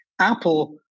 Apple